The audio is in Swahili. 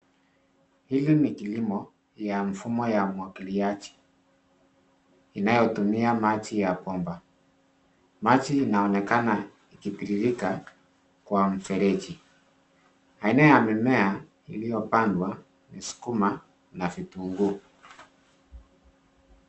Hili ni kilimo ya mfumo ya umwagiliaji inayotumia maji ya bomba. Maji inaonekana ikitiririka kwa mfereji. Aina ya mimea iliyopandwa ni sukuma na vitunguu.